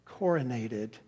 coronated